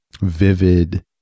vivid